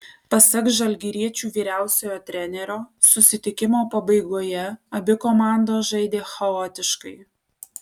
pasak žalgiriečių vyriausiojo trenerio susitikimo pabaigoje abi komandos žaidė chaotiškai